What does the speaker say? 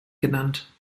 genannt